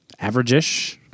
average-ish